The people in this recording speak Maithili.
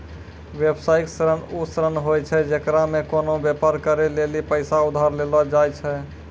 व्यवसायिक ऋण उ ऋण होय छै जेकरा मे कोनो व्यापार करै लेली पैसा उधार लेलो जाय छै